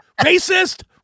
racist